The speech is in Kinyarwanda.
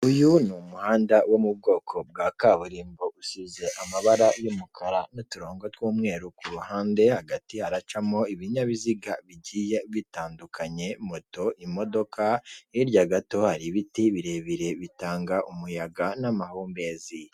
Uyu ni umuhanda wo mu bwoko bwa kaburimbo, usize amabara y'umukara n'uturongo tw'umweru ku ruhande, hagati haracamo ibinyabiziga bigiye bitandukanye, moto, imodoka, hirya gato hari ibiti birebire, bitanga umuyaga n'amahumbezi.